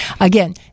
again